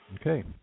Okay